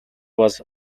was